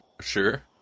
Sure